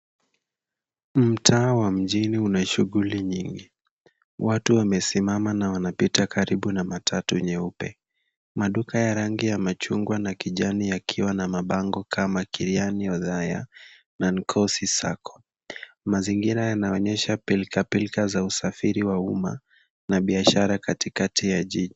Mtaa wa mjini una shuguli nyingi. Watu wamesimama na wanapita karibu na matatu nyeupe. Maduka ya rangi ya machungwa na kijani yakiwa na mabango kama Kiriaini Othaya na Nakonns Sacco. Mazingira yanaonyesha pilkapilka za usafiri wa umma na biashara katikati ya jiji.